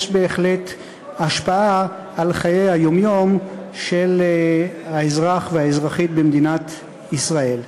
יש בהחלט השפעה על חיי היום-יום של האזרח והאזרחית במדינת ישראל.